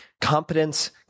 competence